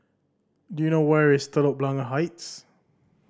do you know where is Telok Blangah Heights